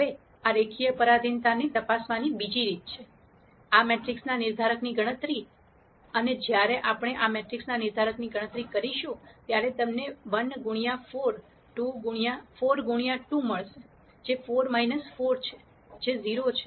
હવે આ રેખીય પરાધીનતાને તપાસવાની બીજી રીત છે આ મેટ્રિક્સના નિર્ધારકની ગણતરી અને જ્યારે આપણે આ મેટ્રિક્સના નિર્ધારકની ગણતરી કરીશું ત્યારે તમને 1 ગુણ્યા 4 2 ગુણ્યા 2 મળશે જે 4 4 છે જે 0 છે